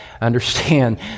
understand